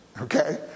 Okay